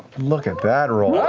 look at that roll. ah